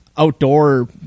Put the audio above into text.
outdoor